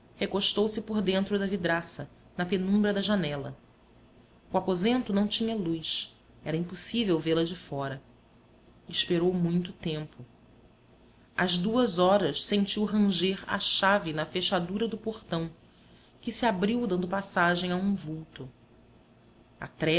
recostou-se por dentro da vidraça na penumbra da janela o aposento não tinha luz era impossível vê-la de fora esperou muito tempo às duas horas sentiu ranger a chave na fechadura do portão que se abriu dando passagem a um vulto